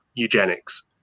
eugenics